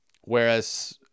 Whereas